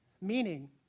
meaning